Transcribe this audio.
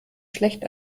schlecht